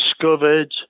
discovered